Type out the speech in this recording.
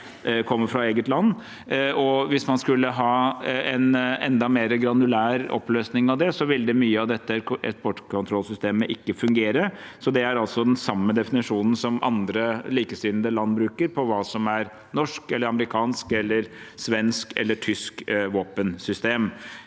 Hvis man skulle ha en enda mer granulær oppløsning av det, ville mye av dette eksportkontrollsystemet ikke fungere. Så det er altså den samme definisjonen som andre, likesinnede land bruker på hva som er et norsk eller amerikansk eller svensk eller tysk våpensystem.